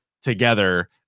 together